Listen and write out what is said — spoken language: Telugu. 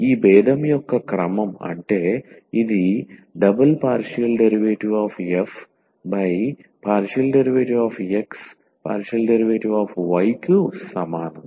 ఈ భేదం యొక్క క్రమం అంటే ఇది 2f∂x∂y కు సమానం